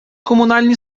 комунальні